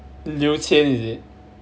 liu qian is it